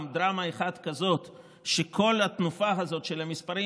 דרמה אחת כזאת שכל התנופה הזאת של המספרים,